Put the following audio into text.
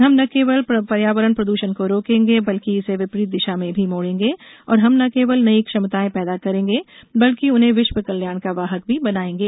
हम न केवल पर्यावरण प्रद्षण को रोकेंगे बल्कि इसे विपरीत दिशा में भी मोडेंगे और हम न केवल नई क्षमताएं पैदा करेंगे बल्कि उन्हें विश्व कल्याण का वाहक भी बनाएंगे